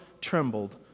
trembled